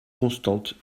constantes